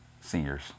seniors